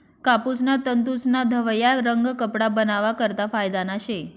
कापूसना तंतूस्ना धवया रंग कपडा बनावा करता फायदाना शे